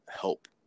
help